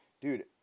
dude